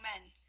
men